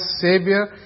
savior